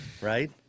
Right